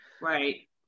right